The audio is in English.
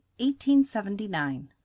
1879